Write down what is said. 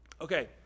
okay